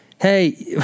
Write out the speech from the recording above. hey